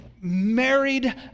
married